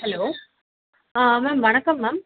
hello ah ma'am வணக்கம் ma'am